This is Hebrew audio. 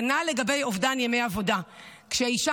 כנ"ל לגבי אובדן ימי עבודה: כשאישה